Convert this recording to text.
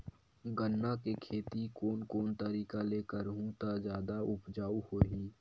गन्ना के खेती कोन कोन तरीका ले करहु त जादा उपजाऊ होही?